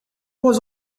was